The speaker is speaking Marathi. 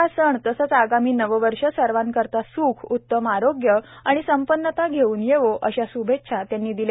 हा सण तसंच आगामी नववर्ष सर्वांकरता स्ख उत्तम आरोग्य आणि संपन्नता घेऊन येवो अशा श्भेच्छा त्यांनी दिल्या